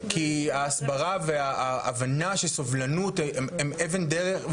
כי ההסברה וההבנה שסובלנות הם אבן דרך,